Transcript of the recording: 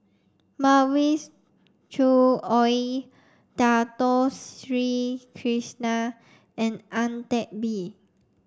Mavis Choo Oei Dato Sri Krishna and Ang Teck Bee